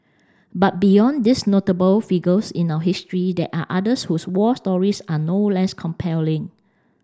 but beyond these notable figures in our history there are others whose war stories are no less compelling